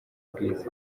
bwiza